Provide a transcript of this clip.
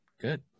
Good